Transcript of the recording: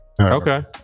okay